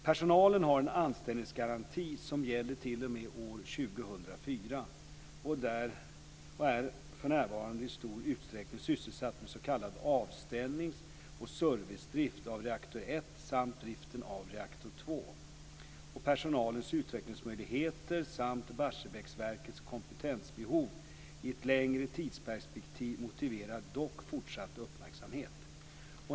Personalen har en anställningsgaranti som gäller t.o.m. år 2004, och är för närvarande i stor utsträckning sysselsatt med s.k. avställnings och servicedrift av reaktor 1 samt driften av reaktor 2. Personalens utvecklingsmöjligheter samt Barsebäcksverkets kompetensbehov i ett längre tidsperspektiv motiverar dock fortsatt uppmärksamhet.